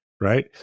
right